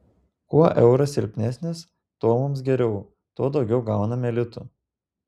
kuo euras silpnesnis tuo mums geriau tuo daugiau gauname litų